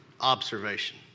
observation